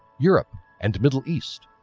europe and middle east.